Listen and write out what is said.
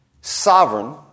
sovereign